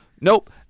nope